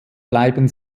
bleiben